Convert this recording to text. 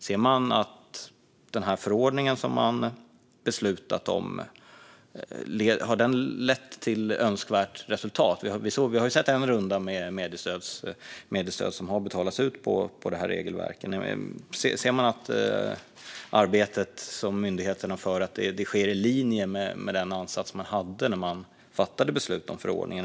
Ser man att den förordning som man beslutat om har lett till önskvärt resultat? Vi har ju sett en runda med mediestöd som har betalats ut med det här regelverket. Ser man att arbetet som myndigheterna utför är i linje med den ansats man hade när man fattade beslut om förordningen?